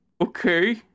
okay